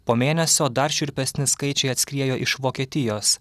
po mėnesio dar šiurpesni skaičiai atskriejo iš vokietijos